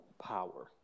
power